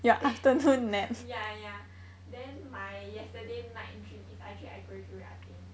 ya ya ya then my yesterday night dream is I dream I graduate I think